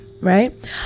Right